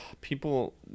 People